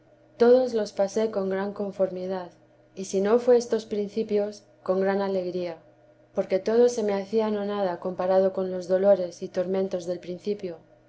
todos los pasé con gran conformid si no fué estos principios con gran alegría porque todo se me hacía nonada comparado con los dolores y tormentos del principio